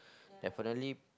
definitely